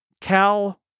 Cal